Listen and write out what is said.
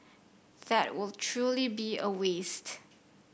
that will truly be a waste